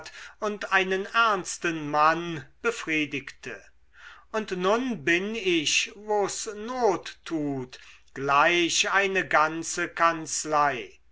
und einen ernsten mann befriedigte und nun bin ich wo's not tut gleich eine ganze kanzlei